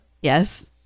Yes